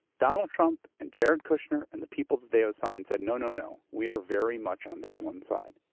donald trump and jared kushner and the people that they assigned said no, no, no, we are very much on this one side.